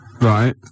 Right